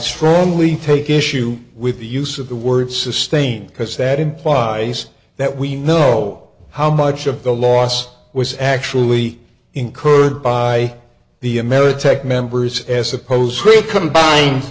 strongly take issue with the use of the word sustain because that implies that we know how much of the loss was actually incurred by the ameritech members as suppose for a com